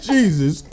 Jesus